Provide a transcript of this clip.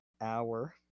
hour